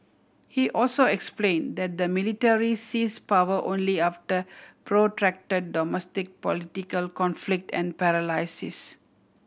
he also explain that the military seize power only after protract domestic political conflict and paralysis